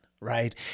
right